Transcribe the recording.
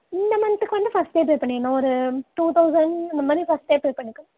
இந்த மந்த்துக்கு வந்து ஃபர்ஸ்ட்டே பே பண்ணிடுணும் ஒரு டூ தௌசண்ட் இந்தமாதிரி ஃபர்ஸ்ட்டே பே பண்ணிக்கணும்